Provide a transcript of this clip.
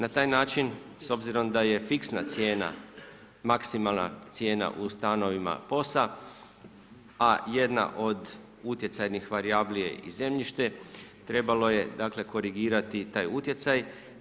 Na taj način s obzirom da je fiksna cijena, maksimalna cijena u stanovima POS-a a jedna od utjecajnih varijabli je i zemljište, trebalo je dakle korigirati taj utjecaj.